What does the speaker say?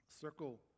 circle